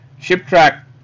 ShipTrack